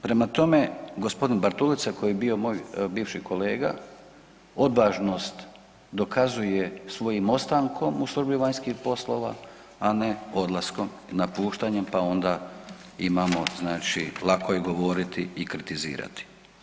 Prema tome, g. Bartulica koji je bio moj bivši kolega odvažnost dokazuje svojim ostankom u službi vanjskih poslova, a ne odlaskom, napuštanjem, pa onda imamo znači lako je govoriti i kritizirati.